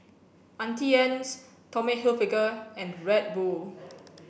Auntie Anne's Tommy Hilfiger and Red Bull